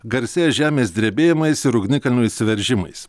garsėja žemės drebėjimais ir ugnikalnių išsiveržimais